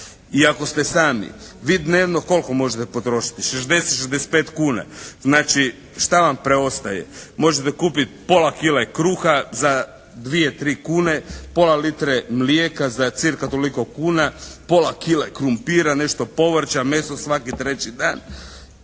i ako ste sami, vi dnevno koliko možete potrošiti? 60, 65 kuna. Znači šta vam preostaje? Možete kupiti pola kile kruha za dvije, tri kune, pola litre mlijeka za cca. toliko kuna, pola kile krumpira, nešto povrća, meso svaki treći dan.